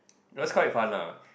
it was quite fun lah